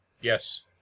Yes